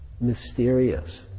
mysterious